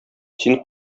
син